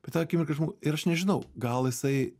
bet tą akimirką žinok ir aš nežinau gal jisai